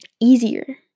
easier